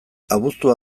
abuztua